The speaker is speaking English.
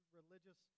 religious